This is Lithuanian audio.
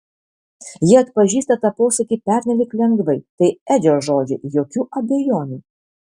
ji atpažįsta tą posakį pernelyg lengvai tai edžio žodžiai jokių abejonių